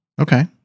Okay